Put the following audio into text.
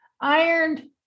ironed